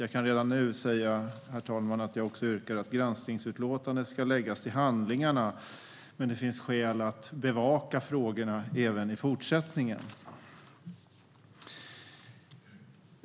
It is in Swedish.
Jag kan redan nu, herr talman, säga att jag yrkar att granskningsutlåtandet ska läggas till handlingarna. Men det finns skäl att bevaka frågorna även i fortsättningen.